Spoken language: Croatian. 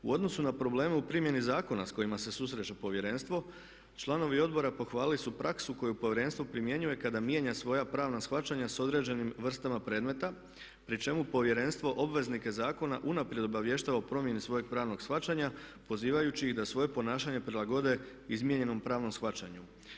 U odnosu na probleme u primjenu zakona s kojima se susreće Povjerenstvo, članovi Odbora pohvalili su praksu koju Povjerenstvo primjenjuje kada mijenja svoja pravna shvaćanja sa određenim vrstama predmeta pri čemu Povjerenstvo obveznike zakona unaprijed obavještava o promjeni svojeg pravnog shvaćanja pozivajući ih da svoje ponašanje prilagode izmijenjenom pravnom shvaćanju.